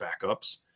backups